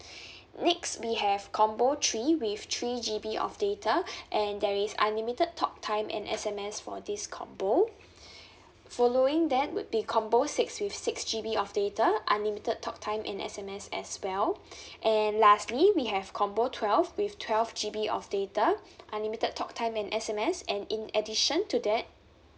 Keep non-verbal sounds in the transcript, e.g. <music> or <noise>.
<breath> next we have combo three with three G_B of data <breath> and there is unlimited talk time and S_M_S for this combo <breath> following that would be combo six with six G_B of data unlimited talk time and S_M_S as well <breath> and lastly we have combo twelve with twelve G_B of data unlimited talk time and S_M_S and in addition to that